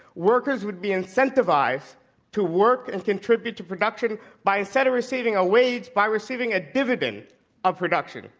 workers would be incentivized to work and contribute to production by, instead of receiving a wage, by receiving a dividend of production.